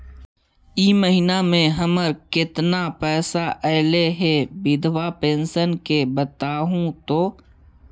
इ महिना मे हमर केतना पैसा ऐले हे बिधबा पेंसन के बताहु तो?